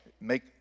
make